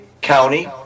county